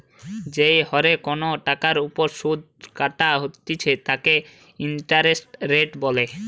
যেই হরে কোনো টাকার ওপর শুধ কাটা হইতেছে তাকে ইন্টারেস্ট রেট বলে